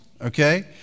okay